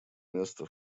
место